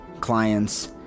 clients